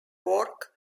work